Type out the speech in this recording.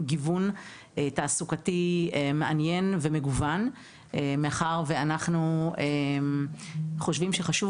גיוון תעסוקתי מעניין ומגוון מאחר ואנחנו חושבים שחשוב